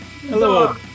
Hello